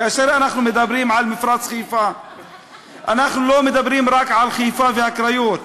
כאשר אנחנו מדברים על מפרץ חיפה אנחנו לא מדברים רק על חיפה והקריות.